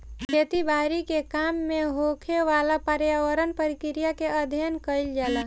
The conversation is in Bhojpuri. खेती बारी के काम में होखेवाला पर्यावरण प्रक्रिया के अध्ययन कईल जाला